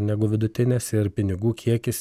negu vidutinės ir pinigų kiekis